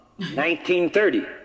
1930